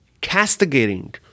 castigating